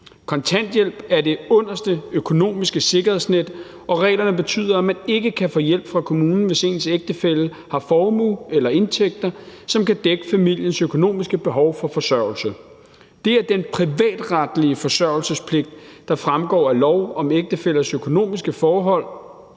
Kontanthjælp er det underste økonomiske sikkerhedsnet, og reglerne betyder, at man ikke kan få hjælp fra kommunen, hvis ens ægtefælle har formue eller indtægter, som kan dække familiens økonomiske behov for forsørgelse. Det er den privatretlige forsørgelsespligt, der fremgår af lov om ægtefællers økonomiske forhold,